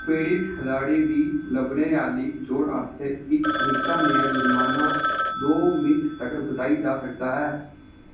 पीड़त खलाड़ी दी लब्भने आह्ली चोट आस्तै इक निक्का नेहा जुर्माना दो मिंट तगर बधाया जाई सकदा ऐ